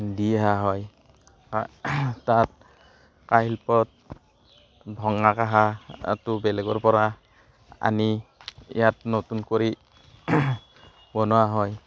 দি আহা হয় তাত কাঁহ শিল্পত ভঙা কাঁহাটো বেলেগৰ পৰা আনি ইয়াত নতুন কৰি বনোৱা হয়